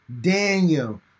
Daniel